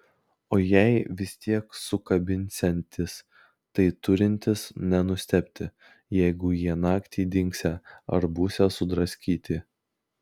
o jei vis tiek sukabinsiantis tai turintis nenustebti jeigu jie naktį dingsią ar būsią sudraskyti